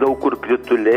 daug kur krituliai